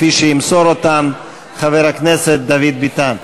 כפי שימסור אותן חבר הכנסת דוד ביטן.